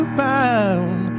bound